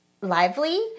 lively